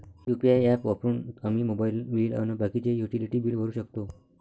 UPI app वापरून आम्ही mobile bill अन बाकीचे युटिलिटी बिल भरू शकतो